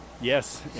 Yes